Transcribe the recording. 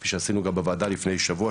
כפי שעשינו גם בוועדה לפני שבוע,